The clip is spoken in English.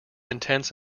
intents